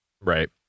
right